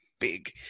big